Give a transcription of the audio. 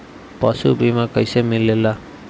पशु बीमा कैसे मिलेला?